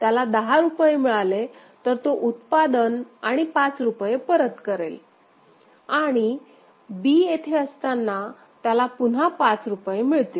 त्याला दहा रुपये मिळाले तर तो उत्पादन आणि पाच रुपये परत करेल आणि b येथे असताना त्याला पुन्हा पाच रुपये मिळतील